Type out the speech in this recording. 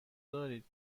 دارید